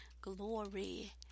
glory